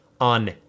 on